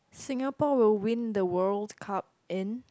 Singapore will win the World Cup in